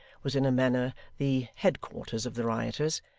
was in a manner the head-quarters of the rioters,